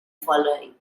following